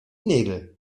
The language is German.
nägel